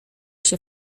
się